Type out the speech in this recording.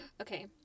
Okay